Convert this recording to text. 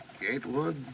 Gatewood